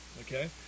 Okay